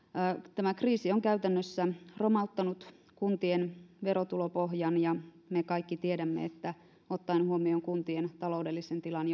tämä kriisi on käytännössä romauttanut kuntien verotulopohjan ja me kaikki tiedämme että ottaen huomioon kuntien taloudellisen tilan